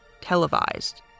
televised